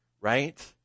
right